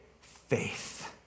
faith